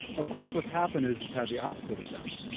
of course what's happened is it's had the opposite effect.